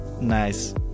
Nice